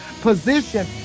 position